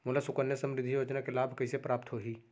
मोला सुकन्या समृद्धि योजना के लाभ कइसे प्राप्त होही?